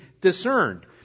discerned